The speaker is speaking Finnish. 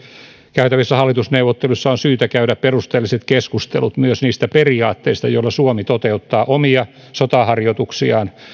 käytävissä hallitusneuvotteluissa on syytä käydä perusteelliset keskustelut myös niistä periaatteista joilla suomi toteuttaa omia sotaharjoituksiaan